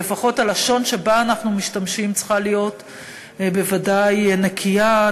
ולפחות הלשון שבה אנחנו משתמשים צריכה להיות בוודאי נקייה,